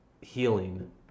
healing